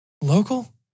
Local